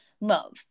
love